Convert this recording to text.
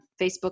Facebook